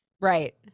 right